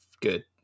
good